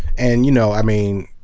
and you know, i mean,